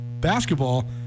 basketball